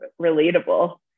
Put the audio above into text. relatable